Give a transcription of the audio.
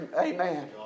Amen